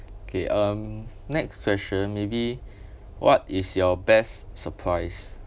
okay um next question maybe what is your best surprise